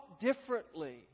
differently